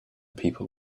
people